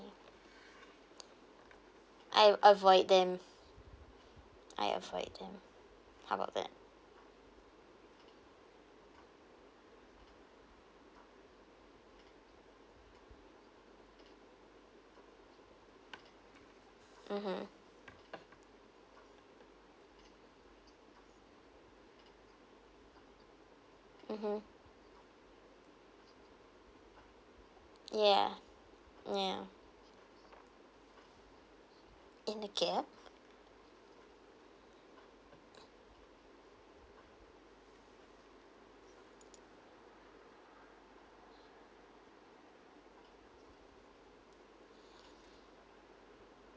I avoid them I avoid them how about that mmhmm mmhmm ya ya in the gap